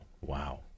Wow